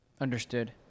understood